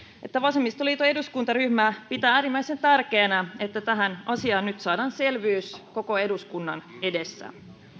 että vasemmistoliiton eduskuntaryhmä pitää äärimmäisen tärkeänä että tähän asiaan nyt saadaan selvyys koko eduskunnan edessä